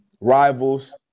rivals